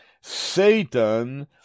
Satan